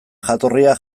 jatorria